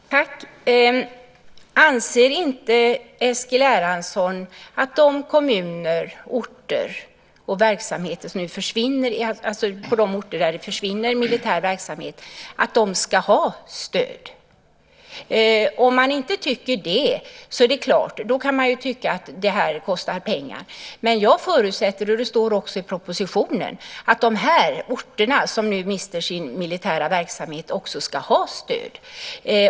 Herr talman! Anser inte Eskil Erlandsson att man i de kommuner och på de orter där det försvinner militär verksamhet ska ha stöd? Om man inte tycker det kan man tycka att detta kostar pengar. Jag förutsätter, och det står i propositionen, att de orter som mister sin militära verksamhet också ska ha stöd.